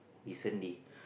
recently